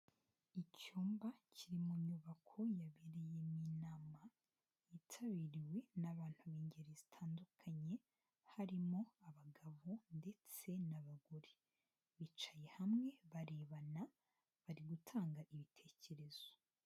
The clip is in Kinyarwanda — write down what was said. Icyumba kiri mu nyubako yabereyemo inama, yitabiriwe n'abantu b'ingeri zitandukanye, harimo abagabo ndetse n'abagore, bicaye hamwe barebana bari gutanga ibitekerezo.